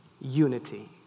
Unity